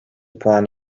puan